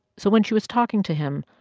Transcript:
so when she was talking to him,